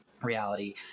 reality